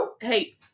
hey